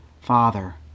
Father